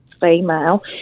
female